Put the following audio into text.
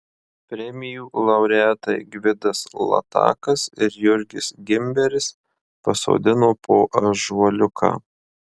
premijų laureatai gvidas latakas ir jurgis gimberis pasodino po ąžuoliuką